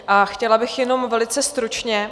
A chtěla bych jenom velice stručně.